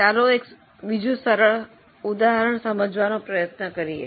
ચાલો હવે એક સરળ ઉદાહરણ સમજવાનો પ્રયત્ન કરીએ